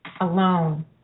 alone